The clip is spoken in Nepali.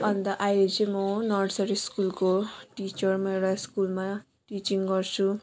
अनि त अहिले चाहिँ म नर्सरी स्कुलको टिचर म एउटा स्कुलमा टिचिङ गर्छु